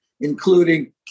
including